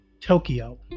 Tokyo